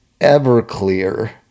Everclear